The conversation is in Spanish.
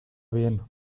bien